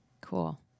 Cool